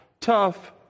tough